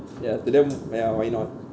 ya to them ya why not